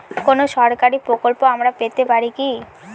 কোন সরকারি প্রকল্প আমরা পেতে পারি কি?